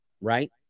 right